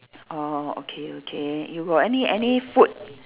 orh okay okay you got any any food